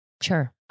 Sure